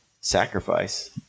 sacrifice